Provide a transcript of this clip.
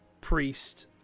Priest